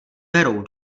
berou